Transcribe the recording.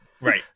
Right